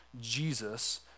Jesus